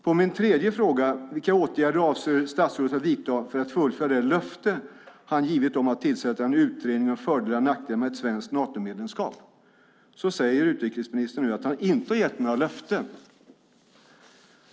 På min tredje fråga, om vilka åtgärder statsrådet avser vidta för att fullfölja det löfte han gett om att tillsätta en utredning av fördelarna och nackdelarna med ett svenskt Natomedlemskap, svarar utrikesministern nu att han inte har gett några löften.